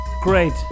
great